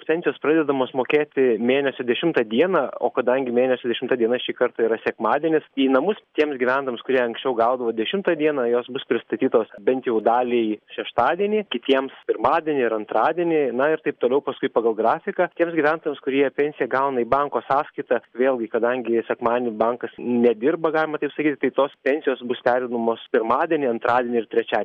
pensijos pradedamos mokėti mėnesio dešimtą dieną o kadangi mėnesio dešimta diena šį kartą yra sekmadienis į namus tiems gyventojams kurie anksčiau gaudavo dešimtą dieną jos bus pristatytos bent jau daliai šeštadienį kitiems pirmadienį ir antradienį na ir taip toliau paskui pagal grafiką tiems gyventojams kurie pensiją gauna į banko sąskaitą vėlgi kadangi sekmadienį bankas nedirba galima taip sakyti tai tos pensijos bus pervedamos pirmadienį antradienį ir trečia